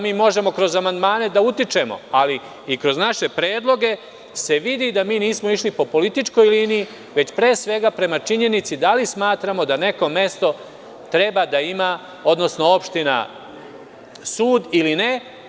Mi možemo kroz amandmane da utičemo i kroz naše predloge se vidi da mi nismo išli po političkoj liniji, već pre svega prema činjenici da li smatramo da neko mesto, odnosno opština, treba da ima sud ili ne.